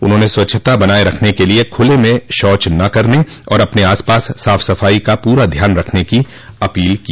उन्होंने स्वच्छता बनाये रखने के लिए खूले में शौच न करने और अपने आसपास साफ सफाई का पूरा ध्यान रखने की अपीले की